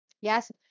Yes